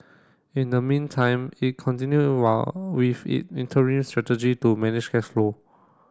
in the meantime it continued while with it interim strategy to manage cash flow